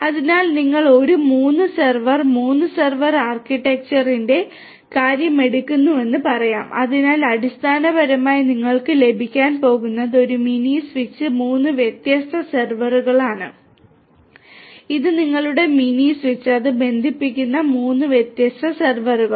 അതിനാൽ നിങ്ങൾ ഒരു 3 സെർവർ 3 സെർവർ ആർക്കിടെക്ചറിന്റെ കാര്യം എടുക്കുന്നുവെന്ന് പറയാം അതിനാൽ അടിസ്ഥാനപരമായി നിങ്ങൾക്ക് ലഭിക്കാൻ പോകുന്നത് ഒരു മിനി സ്വിച്ച് 3 വ്യത്യസ്ത സെർവറുകളാണ് ഇത് നിങ്ങളുടെ മിനി സ്വിച്ച് അത് ബന്ധിപ്പിക്കുന്ന 3 വ്യത്യസ്ത സെർവറുകൾ